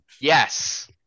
Yes